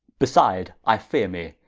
beside, i feare me,